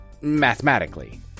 mathematically